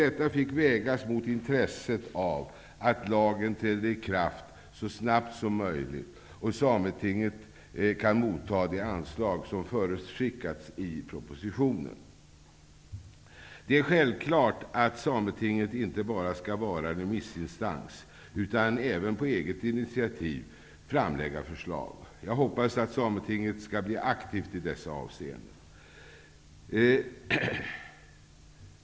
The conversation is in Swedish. Detta fick emellertid vägas mot intresset av att lagen så snart som möjligt träder i kraft och att Sametinget kan motta det anslag som förutskickats i propositionen. Det är självklart att Sametinget inte bara skall vara en remissinstans, utan även på eget initiativ framlägga förslag. Jag hoppas att Sametinget skall bli aktivt i dessa avseenden.